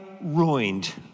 ruined